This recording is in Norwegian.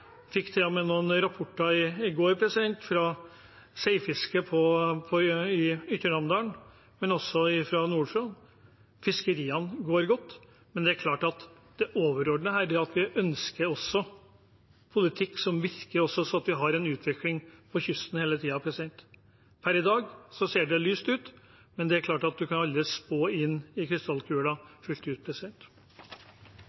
Men det er klart at det overordnede her er at vi ønsker en politikk som virker, sånn at vi har en utvikling på kysten hele tiden. Per i dag ser det lyst ut, men man kan aldri spå i krystallkulen fullt ut. Da Riksrevisjonen endevendte norsk fiskeriforvaltning, konkluderte de med det som er den nest kraftigste kategorien av kritikk. De sa at